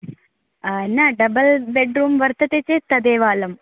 न double bed room वर्तते चेत् तदेव अलं